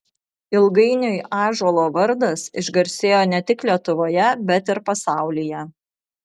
ilgainiui ąžuolo vardas išgarsėjo ne tik lietuvoje bet ir pasaulyje